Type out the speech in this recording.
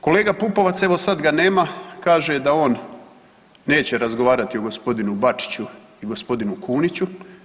Kolega Pupovac evo sada ga nema kaže da on neće razgovarati o gospodinu Bačiću i gospodinu Kuniću.